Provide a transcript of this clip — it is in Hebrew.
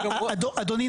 אדוני,